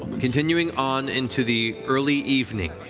continuing on into the early evening,